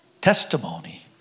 testimony